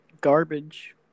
Garbage